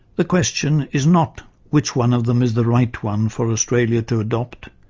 the question is not which one of them is the right one for australia to adopt